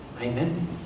Amen